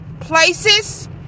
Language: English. places